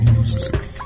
Music